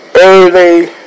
early